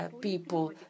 people